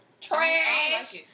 Trash